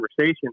conversation